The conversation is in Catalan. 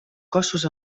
cossos